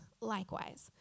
likewise